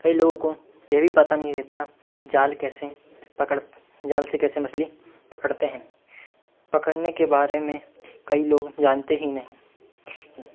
कई लोगों को यह भी पता नहीं रहता कि जाल कैसे पकड़ जाल से कैसे मछली पकड़ते हैं पकड़ने के बारे में कई लोग जानते ही नहीं